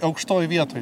aukštoj vietoj